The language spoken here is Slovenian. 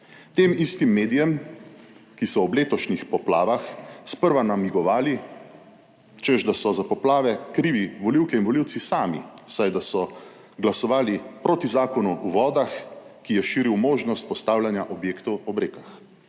Tem istim medijem, ki so ob letošnjih poplavah sprva namigovali, češ da so za poplave krivi volivke in volivci sami, saj da so glasovali proti Zakonu o vodah, ki je širil možnost postavljanja objektov ob rekah,